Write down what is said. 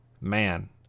Man